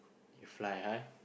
you fly high